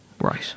right